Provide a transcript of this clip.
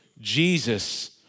Jesus